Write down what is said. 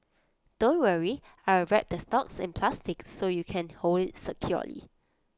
don't worry I will wrap the stalks in plastic so you can hold IT securely